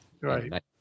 Right